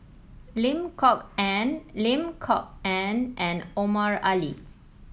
Lim Kok Ann Lim Kok Ann and Omar Ali